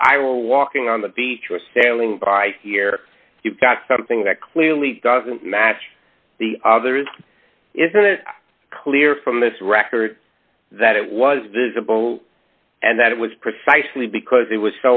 if i were walking on the beach or sailing by here you've got something that clearly doesn't match the others is clear from this record that it was visible and that it was precisely because it was